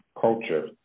culture